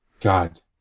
God